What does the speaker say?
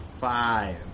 five